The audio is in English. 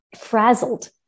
frazzled